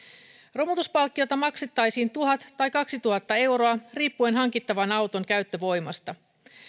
romutuspalkkiota maksettaisiin tuhat tai kaksituhatta euroa riippuen hankittavan auton käyttövoimasta